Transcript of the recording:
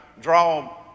draw